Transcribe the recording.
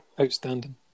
outstanding